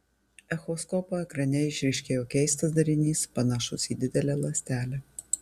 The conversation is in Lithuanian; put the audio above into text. echoskopo ekrane išryškėjo keistas darinys panašus į didelę ląstelę